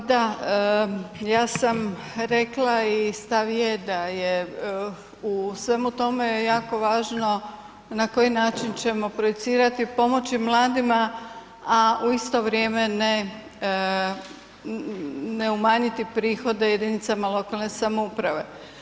Pa da, ja sam rekla i stav je da je u svemu tome jako važno na koji način ćemo projicirati i pomoći mladima, a u isto vrijeme ne, ne umanjiti prihode jedinicama lokalne samouprave.